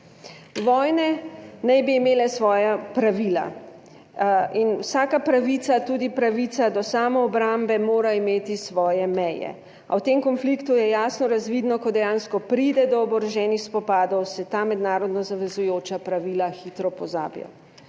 Vojne naj bi imele svoja pravila in vsaka pravica, tudi pravica do samoobrambe, mora imeti svoje meje, a v tem konfliktu je jasno razvidno, ko dejansko pride do oboroženih spopadov, se ta mednarodno zavezujoča pravila hitro pozabijo.